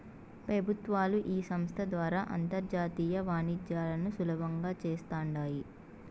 పెబుత్వాలు ఈ సంస్త ద్వారా అంతర్జాతీయ వాణిజ్యాలను సులబంగా చేస్తాండాయి